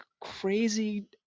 crazy